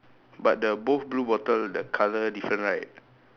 but the both blue bottle the colour different right